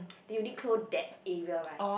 Uniqlo that area right